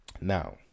now